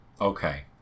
okay